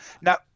Now